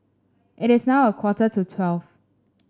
it is now a quarter to twelve